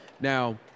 Now